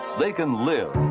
they can live.